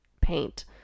paint